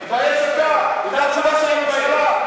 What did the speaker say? תתבייש אתה, אם זו התשובה של הממשלה.